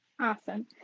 Awesome